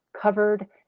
covered